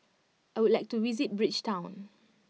I would like to visit Bridgetown